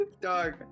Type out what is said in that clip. Dog